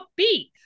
upbeat